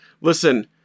Listen